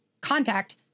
contact